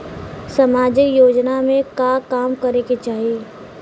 सामाजिक योजना में का काम करे के चाही?